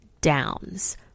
downs